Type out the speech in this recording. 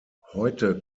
heute